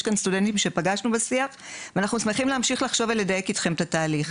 יש כאן סטודנטים שפגשנו בשיח ואנחנו שמחים לחשוב ולדייק אתכם את התהליך.